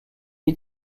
vit